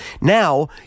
Now